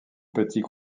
petits